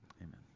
amen